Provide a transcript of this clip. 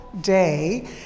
day